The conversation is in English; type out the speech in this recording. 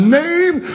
name